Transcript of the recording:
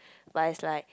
but it's like